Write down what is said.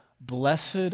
blessed